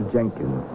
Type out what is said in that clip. Jenkins